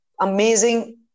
amazing